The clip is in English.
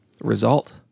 result